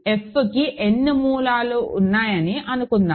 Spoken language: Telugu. f కి n మూలాలు ఉన్నాయని అనుకుందాం